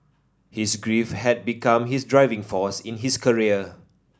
his grief had become his driving force in his career